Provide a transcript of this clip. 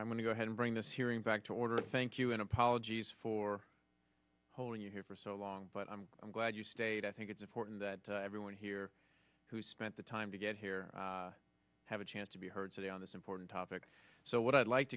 i'm going to go ahead and bring this hearing back to order thank you and apologies for holding you here for so long but i'm glad you stayed i think it's important that everyone here who spent the time to get here have a chance to be heard today on this important topic so what i'd like